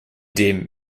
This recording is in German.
dem